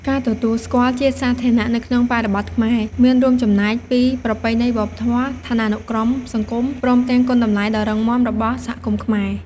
ការទទួលស្គាល់ជាសាធារណៈនៅក្នុងបរិបទខ្មែរ មានរួមចំណែកពីប្រពៃណីវប្បធម៌ ឋានានុក្រមសង្គម ព្រមទាំងគុណតម្លៃដ៏រឹងមាំរបស់សហគមន៍ខ្មែរ។